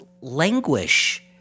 languish